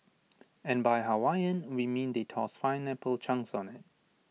and by Hawaiian we mean they tossed pineapple chunks on IT